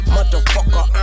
Motherfucker